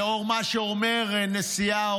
לאור מה שאומר נשיאה,